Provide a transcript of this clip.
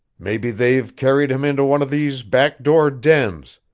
maybe they've carried him into one of these back-door dens,